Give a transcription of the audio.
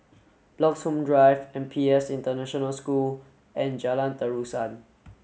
Bloxhome Drive N P S International School and Jalan Terusan